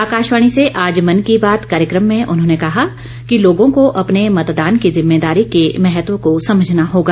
आकाशवाणी से आज मन की बात कार्यक्रम में उन्होंने कहा कि लोगों को अपने मतदान की जिम्मेदारी के महत्व को समझना होगा